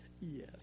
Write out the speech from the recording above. Yes